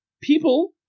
people